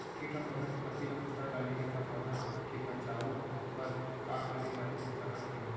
किट ह पौधा के पत्ती का कुतर डाले हे ता पौधा के बचाओ बर का करे जाथे सकत हे?